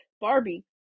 Barbie